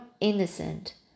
innocent